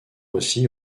aussi